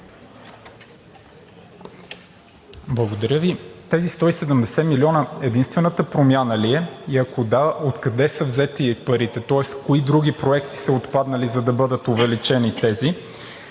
Благодаря Ви. Тези 170 милиона единствената промяна ли са? И ако да, откъде са взети парите, тоест кои други проекти са отпаднали, за да бъдат увеличени тези?